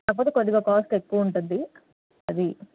కాకపోతే కొద్దిగా కాస్ట్ ఎక్కువ ఉంటుంది అది